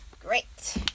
Great